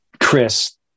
Chris